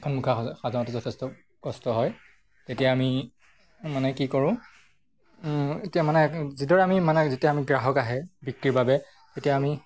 এখন মুখা সজাওঁতে যথেষ্ট কষ্ট হয় তেতিয়া আমি মানে কি কৰোঁ এতিয়া মানে যিদৰে আমি মানে যেতিয়া আমি গ্ৰাহক আহে বিক্ৰীৰ বাবে তেতিয়া আমি